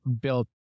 built